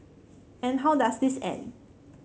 and how does this end